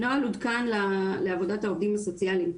הנוהל עודכן לעבודת העובדים הסוציאליים.